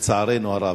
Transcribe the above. לצערנו הרב.